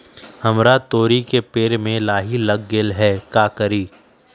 हमरा तोरी के पेड़ में लाही लग गेल है का करी?